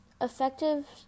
effective